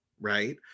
right